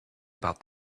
about